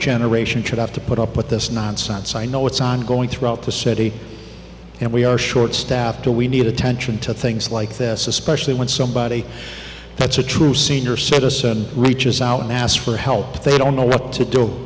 generation should have to put up with this nonsense i know it's ongoing throughout the city and we are short staffed or we need attention to things like this especially when somebody that's a true senior citizen reaches out and ask for help they don't know